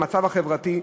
המצב החברתי,